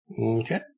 Okay